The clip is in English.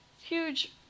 Huge